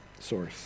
source